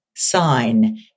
sign